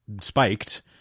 spiked